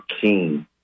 King